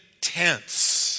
tents